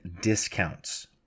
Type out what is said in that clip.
discounts